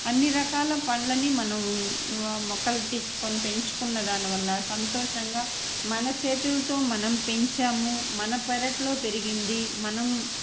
అన్ని రకాల పండ్లని మనం మొక్కలు తెచ్చుకొని పెంచుకున్న దానివల్ల సంతోషంగా మన చేతులతో మనం పెంచాము మన పెరట్లో పెరిగింది మనం